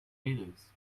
meters